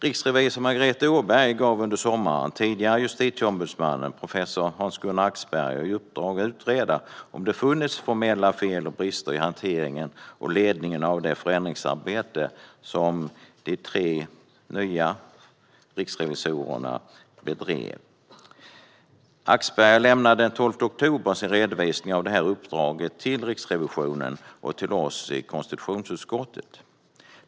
Riksrevisor Margareta Åberg gav under sommaren tidigare justitieombudsmannen, professor Hans-Gunnar Axberger, i uppdrag att utreda om det har funnits formella fel och brister i hanteringen och ledningen av det förändringsarbete som de tre nya riksrevisorerna bedrev. Axberger lämnade den 12 oktober sin redovisning av uppdraget till Riksrevisionen och till oss i konstitutionsutskottet.